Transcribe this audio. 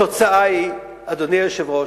התוצאה היא, אדוני היושב-ראש,